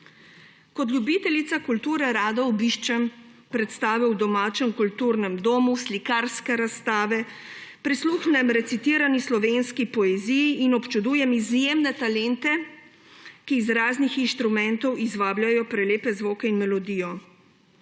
Kot ljubiteljica kulture rada obiščem predstave v domačem kulturnem domu, slikarske razstave, prisluhnem recitirani slovenski poeziji in občudujem izjemne talente, ki iz raznih inštrumentov izvabljajo prelepe zvoke in melodijo.